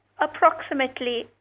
approximately